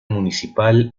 municipal